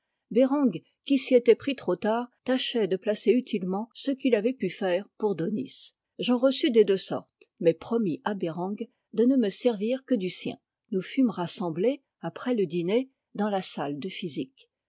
bereng qui s'y était pris trop tard tâchait de placer utilement ceux qu'il avait pu faire pour daunis j'en reçus des deux sortes mais promis à bereng de ne me servir que du sien nous fûmes rassemblés après le dîner dans la salle de physique